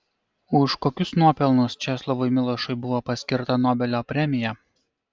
už kokius nuopelnus česlovui milošui buvo paskirta nobelio premija